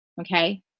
okay